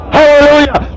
Hallelujah